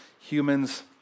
humans